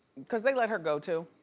cause they let her go too,